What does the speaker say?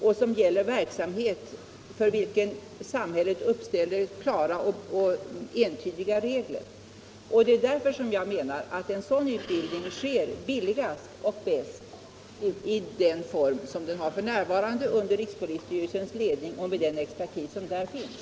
Det gäller en verksamhet för vilken samhället uppställer klara och entydiga regler. Det är därför som jag menar att en sådan utbildning sker billigast och bäst i den form som den har f. n. under rikspolisstyrelsens ledning och med den expertis som där finns.